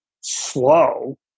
slow